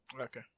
Okay